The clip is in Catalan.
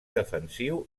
defensiu